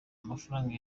amafaranga